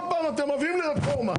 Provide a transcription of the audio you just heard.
כל פעם אתם מביאים לי רפורמה.